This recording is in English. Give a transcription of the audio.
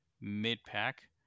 mid-pack